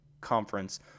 conference